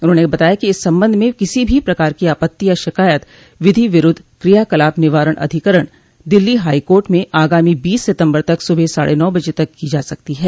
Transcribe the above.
उन्होंन बताया कि इस सम्बन्ध में किसी भी प्रकार की आपत्ति या शिकायत विधि विरूद्ध क्रियाकलाप निवारण अधिकरण दिल्ली हाईकोर्ट में आगामी बीस सितम्बर तक सुबह साढ़े नौ बजे तक की जा सकती है